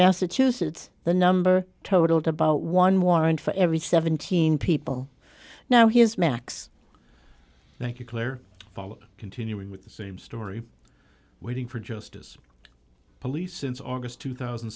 massachusetts the number totaled about one warrant for every seventeen people now he is max thank you claire followed continuing with the same story waiting for justice police since august two thousand